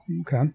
Okay